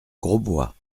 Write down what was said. grosbois